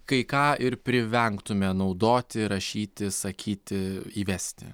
kai ką ir privengtume naudoti rašyti sakyti įvesti